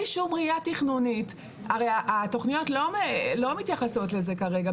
הרי התוכניות לא מתייחסות לזה כרגע.